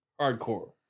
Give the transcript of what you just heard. Hardcore